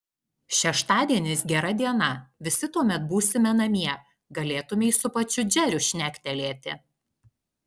šeštadienis gera diena visi tuomet būsime namie galėtumei su pačiu džeriu šnektelėti